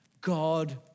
God